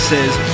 Says